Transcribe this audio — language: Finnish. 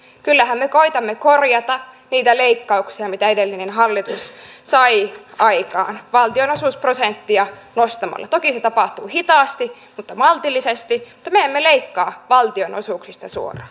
kyllähän me koetamme korjata niitä leikkauksia mitä edellinen hallitus sai aikaan valtionosuusprosenttia nostamalla toki se tapahtuu hitaasti mutta maltillisesti mutta me me emme leikkaa valtionosuuksista suoraan